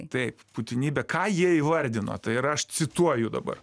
taip būtinybė ką jie įvardino tai yra aš cituoju dabar